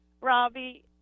Robbie